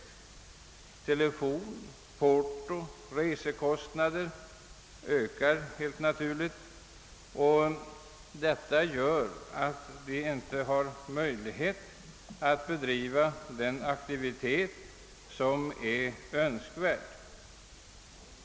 a. telefon-, portooch resekostnaderna ökar helt naturligt, och detta gör att de inte har möjlighet att visa den aktivitet som är önskvärd.